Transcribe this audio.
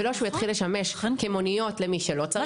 ולא שהוא יתחיל לשמש כמוניות למי שלא צריך אותו,